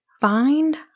find